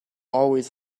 always